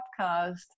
podcast